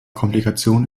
komplikationen